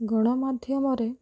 ଗଣମାଧ୍ୟମ ରେ